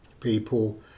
People